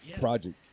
project